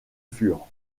fur